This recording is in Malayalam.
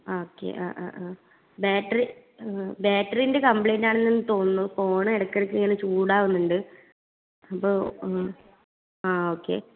ആ ഓക്കെ ആ ആ ആ ബാറ്ററി ബാറ്ററിൻ്റെ കംപ്ലയിൻ്റ് ആണെന്ന് തോന്നുന്നു ഫോണ് ഇടയ്ക്ക് ഇടയ്ക്ക് ഇങ്ങനെ ചൂടാകുന്നുണ്ട് അപ്പോൾ ആ ഓക്കേ